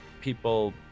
people